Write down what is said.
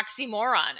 oxymoron